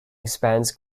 expands